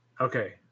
Okay